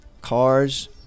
cars